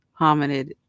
hominid